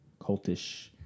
Cultish